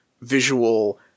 visual